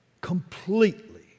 completely